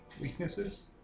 weaknesses